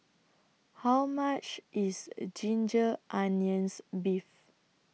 How much IS A Ginger Onions Beef